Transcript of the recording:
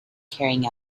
carrying